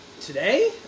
Today